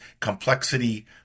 complexity